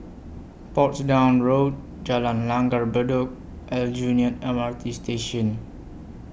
Portsdown Road Jalan Langgar Bedok Aljunied M R T Station